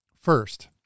First